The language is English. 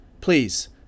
Please